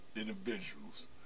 individuals